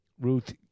Ruth